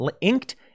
inked